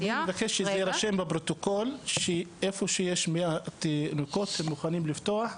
אני מבקש שיירשם בפרוטוקול שאיפה שיש 100 תינוקות הם מוכנים לפתוח.